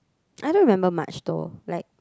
I don't remember much though like